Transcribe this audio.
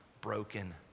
broken